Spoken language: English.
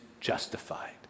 justified